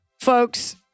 Folks